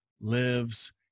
lives